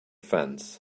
fence